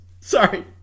Sorry